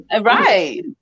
Right